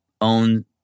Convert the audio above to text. own